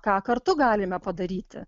ką kartu galime padaryti